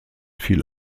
fiel